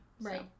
Right